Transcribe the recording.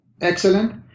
excellent